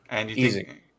Easy